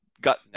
got